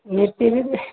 मिर्ची भी